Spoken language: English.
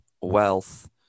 wealth